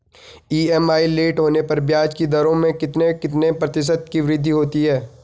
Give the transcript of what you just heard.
EMI late होने पर ब्याज की दरों में कितने कितने प्रतिशत की वृद्धि होती है?